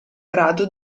grado